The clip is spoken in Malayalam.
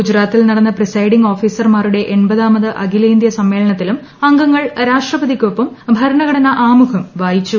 ഗുജറാത്തിൽ നടന്ന പ്രിസൈഡിങ് ഓഫീസർമാരുടെ എൺപതാമത് അഖിലേന്ത്യാ സമ്മേളനത്തിലും അംഗങ്ങൾ രാഷ്ട്രപതിക്കൊപ്പം ഭരണഘടന ആമുഖം വായിച്ചു